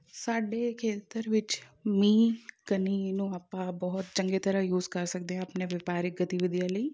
ਸਾਡੇ ਖੇਤਰ ਵਿੱਚ ਮੀਂਹ ਕਣੀ ਨੂੰ ਆਪਾਂ ਬਹੁਤ ਚੰਗੇ ਤਰ੍ਹਾਂ ਯੂਜ਼ ਕਰ ਸਕਦੇ ਹਾਂ ਆਪਣੇ ਵਪਾਰਕ ਗਤੀਵਿਧੀਆਂ ਲਈ